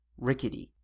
rickety